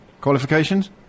qualifications